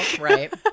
right